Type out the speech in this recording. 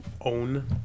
own